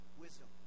wisdom